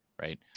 right